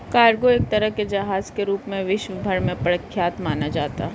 cargo एक तरह के जहाज के रूप में विश्व भर में प्रख्यात माना जाता है